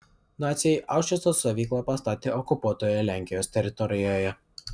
naciai aušvico stovyklą pastatė okupuotoje lenkijos teritorijoje